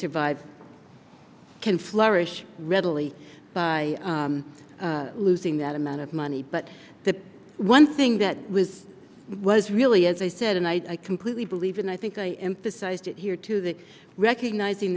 survive can flourish readily by losing that amount of money but the one thing that was was really as i said and i completely believe and i think i emphasized it here too that recognizing